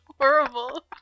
Horrible